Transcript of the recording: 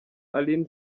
alyn